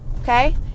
okay